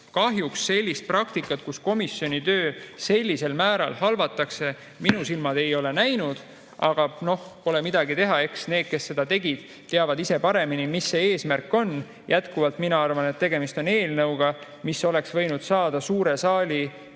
kahjuks sellist praktikat, kus komisjoni töö sellisel määral halvatakse, minu silmad ei ole näinud. Aga noh, pole midagi teha. Eks need, kes seda tegid, teavad ise paremini, mis see eesmärk on olnud. Jätkuvalt mina arvan, et tegemist on eelnõuga, mis oleks võinud saada suure saali